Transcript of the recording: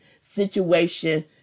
situation